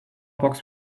box